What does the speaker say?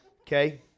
Okay